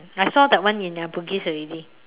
I saw that one in uh Bugis already